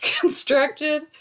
constructed